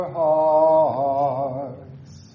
hearts